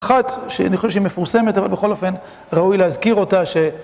אחת, אני חושב שהיא מפורסמת, אבל בכל אופן ראוי להזכיר אותה, ש...